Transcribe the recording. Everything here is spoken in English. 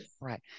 Right